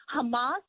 Hamas